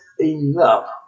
enough